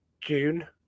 june